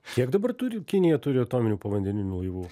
kiek dabar turi kinija turi atominių povandeninių laivų